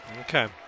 Okay